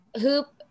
hoop